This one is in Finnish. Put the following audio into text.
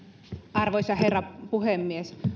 arvoisa herra puhemies